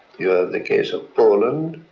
you have the case of poland,